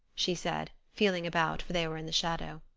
she said, feeling about, for they were in the shadow.